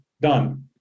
done